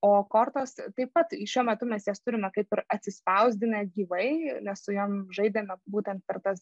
o kortos taip pat šiuo metu mes jas turime kaip ir atsispausdinę gyvai nes su jom žaidėme būtent per tas